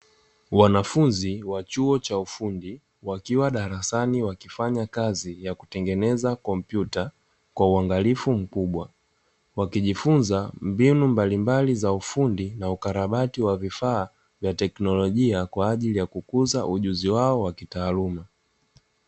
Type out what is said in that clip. Wanafunzi wa chuo cha ufundi wakiwa darasani wakifanya kazi ya kutengeneza kompyuta kwa uangalifu mkubwa, wakijifunza mbinu mbalimbali za ufundi na ukarabati wa vifaa vya teknolojia kwaajili ya kukuza ujuzi wao wa kitaaluma.